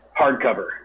hardcover